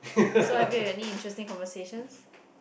so have you had any interesting conversations